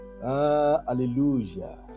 hallelujah